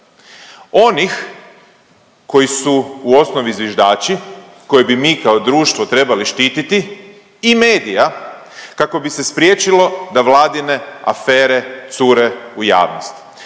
onih koji su u osnovi zviždači, koje bi mi kao društvo trebali štititi i medija kako bi se spriječilo da vladine afere cure u javnost.